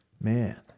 Man